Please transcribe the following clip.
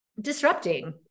disrupting